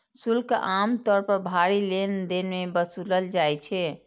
शुल्क आम तौर पर भारी लेनदेन मे वसूलल जाइ छै